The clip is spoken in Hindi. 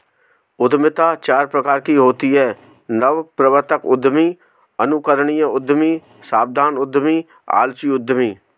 उद्यमिता चार प्रकार की होती है नवप्रवर्तक उद्यमी, अनुकरणीय उद्यमी, सावधान उद्यमी, आलसी उद्यमी